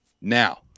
Now